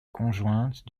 conjointe